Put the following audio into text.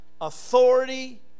authority